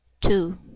Two